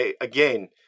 Again